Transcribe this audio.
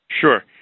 Sure